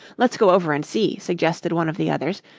let's go over and see, suggested one of the others,